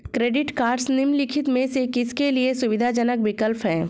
Credit cards निम्नलिखित में से किसके लिए सुविधाजनक विकल्प हैं?